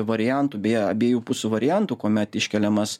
variantų bei abiejų pusių variantų kuomet iškeliamas